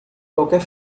qualquer